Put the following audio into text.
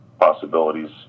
possibilities